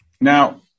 Now